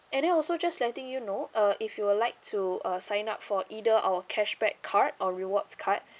and then also just letting you know uh if you would like to uh sign up for either our cashback card or rewards card